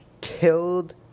killed